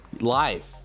life